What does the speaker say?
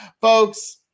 Folks